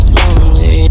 lonely